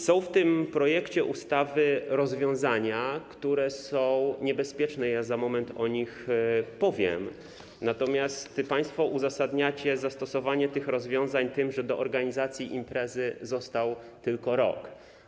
Są w tym projekcie ustawy rozwiązania, które są niebezpieczne - za moment o nich powiem - natomiast państwo uzasadniacie zastosowanie tych rozwiązań tym, że do organizacji imprezy został tylko rok.